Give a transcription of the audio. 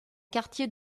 quartier